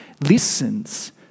listens